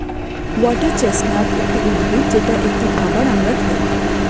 water chestnut একটি উদ্ভিদ যেটা একটি খাবার আমরা খাই